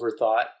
overthought